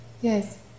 Yes